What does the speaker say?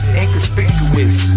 inconspicuous